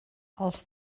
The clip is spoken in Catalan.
els